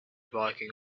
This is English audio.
blocking